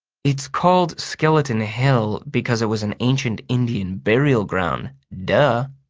it's called skeleton hill because it was an ancient indian burial ground, duh,